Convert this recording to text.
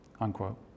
unquote